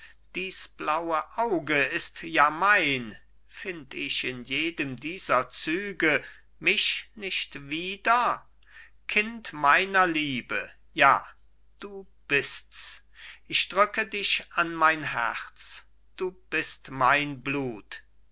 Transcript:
dies blaue auge ist ja mein find ich in jedem dieser züge mich nicht wieder kind meiner liebe ja du bists ich drücke dich an mein herz du bist mein blut